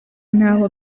ntaho